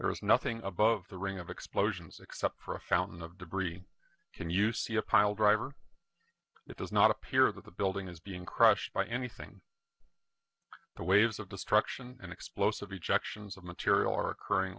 there is nothing above the ring of explosions except for a fountain of debris can you see a pile driver that does not appear that the building is being crushed by anything the waves of destruction and explosive ejections of material are occurring